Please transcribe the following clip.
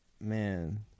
Man